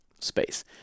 space